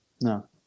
No